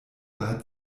daher